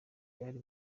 byari